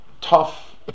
tough